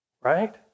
Right